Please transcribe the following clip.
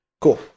Cool